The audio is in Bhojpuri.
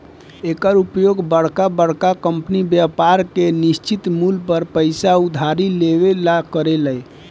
एकर उपयोग बरका बरका कंपनी ब्याज के निश्चित मूल पर पइसा उधारी लेवे ला करेले